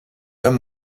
wenn